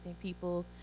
people